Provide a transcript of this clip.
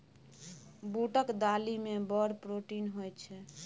बूटक दालि मे बड़ प्रोटीन होए छै